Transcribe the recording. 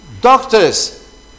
doctors